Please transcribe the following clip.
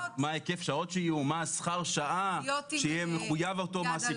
מה שכר שעה שיהיה מחויב אותו מעסיק,